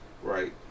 Right